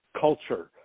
culture